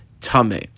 Tame